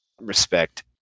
respect